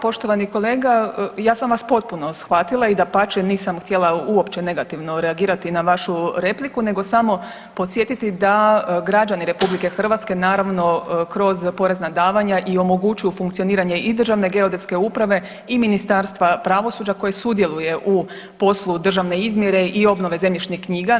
Poštovani kolega, ja sam vam potpuno shvatila i dapače nisam htjela uopće negativno reagirati na vašu repliku, nego samo podsjetiti da građani Republike Hrvatske naravno kroz porezna davanja i omogućuju funkcioniranje i Državne geodetske uprave i Ministarstva pravosuđa koji sudjeluje u poslu državne izmjere i obnove zemljišnih knjiga.